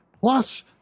Plus